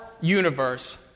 universe